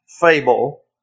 Fable